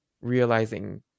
realizing